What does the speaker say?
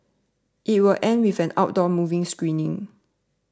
it will end with an outdoor movie screening